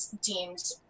deemed